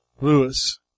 Lewis